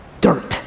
Dirt